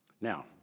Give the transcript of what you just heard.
Now